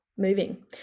moving